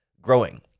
growing